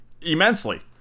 immensely